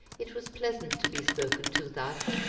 it was pleasant to be spoken to thus,